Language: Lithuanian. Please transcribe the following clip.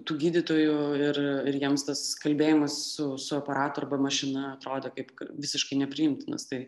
tų gydytojų ir ir jiems tas kalbėjimas su su aparatu arba mašina atrodė kaip visiškai nepriimtinas tai